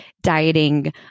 dieting